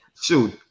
shoot